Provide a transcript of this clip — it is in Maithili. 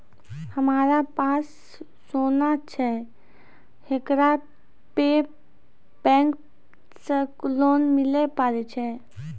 हमारा पास सोना छै येकरा पे बैंक से लोन मिले पारे छै?